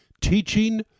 Teaching